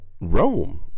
Rome